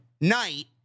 night